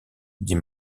dit